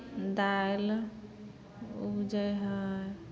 दालि उपजै हइ